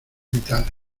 metales